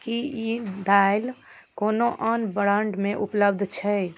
की ई दालि कोनो आन ब्रांडमे उपलब्ध छै